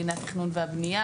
דיני התכנון והבנייה,